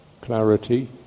clarity